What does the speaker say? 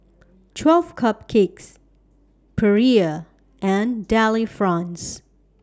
twelve Cupcakes Perrier and Delifrance